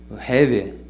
heavy